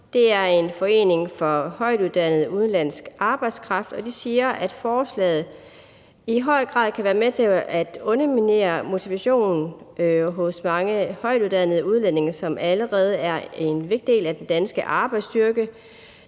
Det er en forening for højtuddannet udenlandsk arbejdskraft, og de siger, at forslaget i høj grad kan være med til at underminere motivationen hos mange højtuddannede udlændinge, som allerede er en vigtig del af den danske arbejdsstyrke.